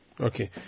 Okay